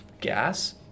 gas